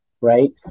right